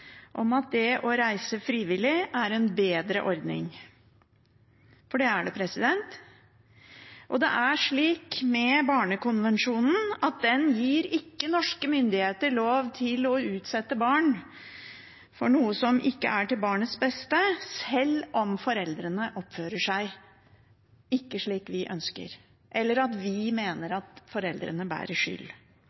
om at det å reise frivillig er en bedre ordning, for det er det. Og det er slik med Barnekonvensjonen at den gir ikke norske myndigheter lov til å utsette barn for noe som ikke er til barnets beste, sjøl om foreldrene ikke oppfører seg slik vi ønsker, eller at vi mener at foreldrene bærer skyld.